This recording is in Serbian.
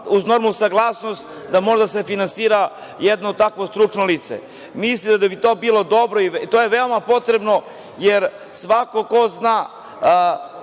uz normalnu saglasnost da može da se finansira jedno takvo stručno lice. Mislim da bi to bilo dobro. To je veoma potrebno, jer svako ko zna